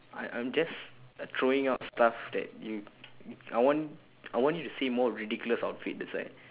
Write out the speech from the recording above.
I I'm just throwing out stuff that you I want I want you to say more ridiculous outfit that's why